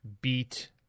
beat